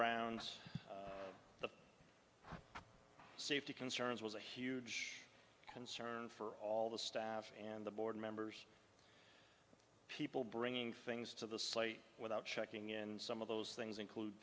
around safety concerns was a huge concern for all the staff and the board members people bringing things to the slate without checking in some of those things include